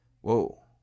Whoa